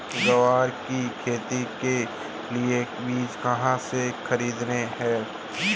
ग्वार की खेती के लिए बीज कहाँ से खरीदने हैं?